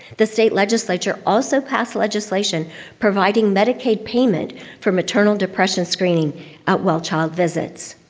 the state legislature also passed legislation providing medicaid payment for maternal depression screening at well child visits.